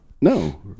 No